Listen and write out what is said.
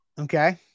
Okay